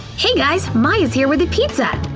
hey guys, maya here with the pizza!